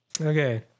Okay